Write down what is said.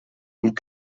und